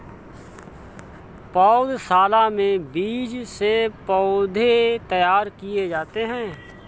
पौधशाला में बीज से पौधे तैयार किए जाते हैं